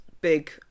big